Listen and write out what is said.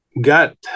got